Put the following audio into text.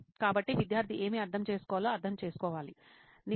కాబట్టి విద్యార్థి ఏమి అర్థం చేసుకోవాలో అర్థం చేసుకోవాలి